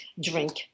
drink